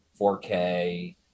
4K